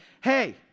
hey